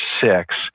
six